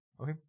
Okay